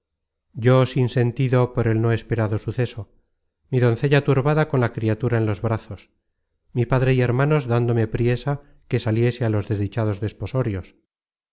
yo sin sentido por el no esperado suceso mi doncella turbada con la criatura en los brazos mi padre y hermanos dándome priesa que saliese á los desdichados desposorios